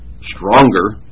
stronger